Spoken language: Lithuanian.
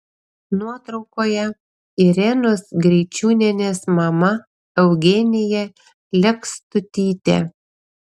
nuotraukoje irenos greičiūnienės mama eugenija lekstutytė